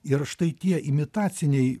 ir štai tie imitaciniai